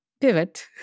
pivot